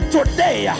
Today